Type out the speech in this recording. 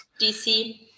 DC